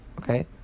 Okay